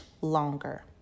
longer